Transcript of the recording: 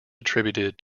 attributed